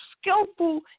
skillful